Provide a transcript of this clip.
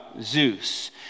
Zeus